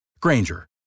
Granger